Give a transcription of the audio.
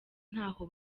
ntaho